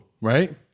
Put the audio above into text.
right